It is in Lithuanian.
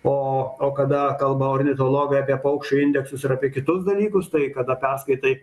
o kada kalba ornitologai apie paukščių indeksus ir apie kitus dalykus tai kada perskaitai